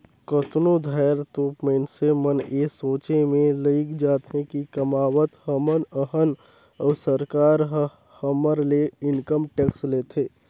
कतनो धाएर तो मइनसे मन ए सोंचे में लइग जाथें कि कमावत हमन अहन अउ सरकार ह हमर ले इनकम टेक्स लेथे